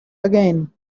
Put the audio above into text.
again